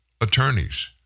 attorneys